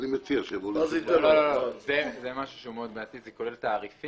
זה משהו שהוא מאוד בעייתי, זה כולל תעריפים.